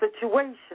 situation